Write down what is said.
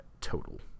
total